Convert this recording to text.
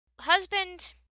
Husband